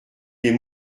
des